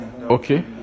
Okay